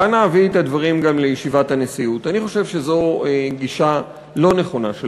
ואנא הביאי את הדברים גם לישיבת הנשיאות: אני חושב שזו גישה לא נכונה של